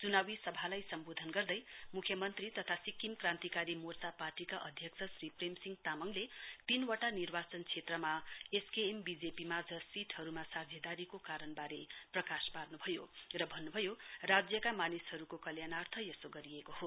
चुनावी सभालाई सम्बोधन गर्दे मुख्यमन्त्री तथा सिक्किम क्रान्तिकारी मोर्चा पार्टीका अध्यक्ष श्री प्रेमसिंह तामङले तिन वटा निर्वाचन क्षेत्रमा एसकेएम बीजेपी माझ सीटहरुमा साझेदारीको कारण वारे प्रकाश पार्नभयो र बन्नभयो राज्यका मानिसहरुको कल्याणार्य यसो गरिएको हो